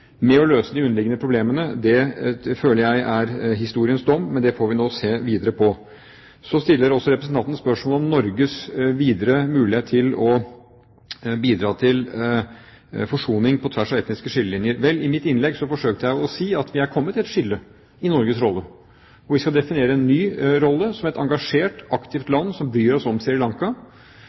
å løse de underliggende problemene, føler jeg er historiens dom, men det får vi se videre på. Så stiller også representanten spørsmål om Norges videre mulighet til å bidra til forsoning på tvers av etniske skillelinjer. I mitt innlegg forsøkte jeg å si at vi er kommet til et skille når det gjelder Norges rolle, og vi skal definere en ny rolle, som et engasjert, aktivt land som bryr seg om